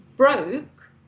Broke